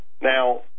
Now